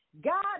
God